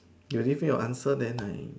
you give me your answer then I